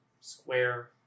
square